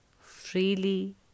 freely